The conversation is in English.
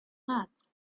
hats